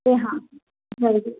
जी हां ज़रूरु जी